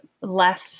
less